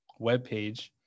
webpage